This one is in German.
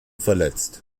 verletzt